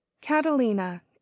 CATALINA